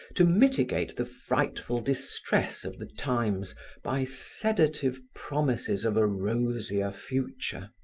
to mitigate the frightful distress of the times by sedative promises of a rosier future.